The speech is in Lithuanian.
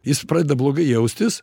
jis pradeda blogai jaustis